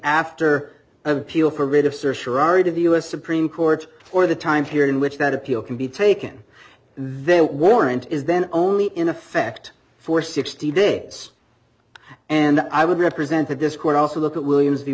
sharara to the u s supreme court or the time here in which that appeal can be taken there warrant is then only in effect for sixty days and i would represent that this court also look at williams the